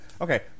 Okay